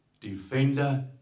Defender